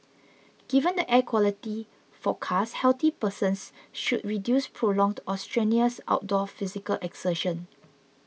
given the air quality forecast healthy persons should reduce prolonged or strenuous outdoor physical exertion